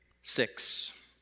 Six